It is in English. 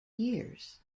years